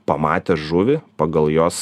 pamatęs žuvį pagal jos